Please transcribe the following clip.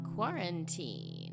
Quarantine